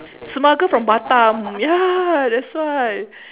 smuggle from batam ya that's why